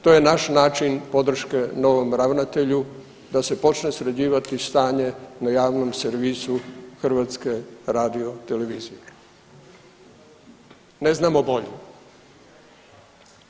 To je naš način podrške novom ravnatelju da se počne sređivati stanje na javnom servisu HRT-a.